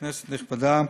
כנסת נכבדה,